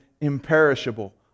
imperishable